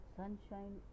sunshine